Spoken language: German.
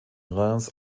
reims